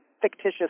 fictitious